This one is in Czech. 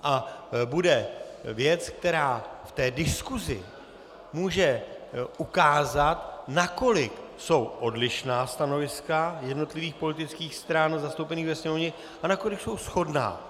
A bude věc, která v diskusi může ukázat, nakolik jsou odlišná stanoviska jednotlivých politických stran zastoupených ve Sněmovně a nakolik jsou shodná.